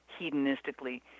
hedonistically